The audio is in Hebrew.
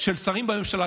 של שרים בממשלה.